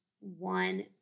one